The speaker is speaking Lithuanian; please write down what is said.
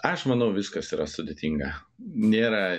aš manau viskas yra sudėtinga nėra